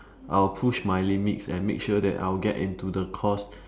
I'll push my limits and make sure that I will get into the course